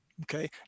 Okay